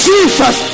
Jesus